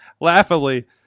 laughably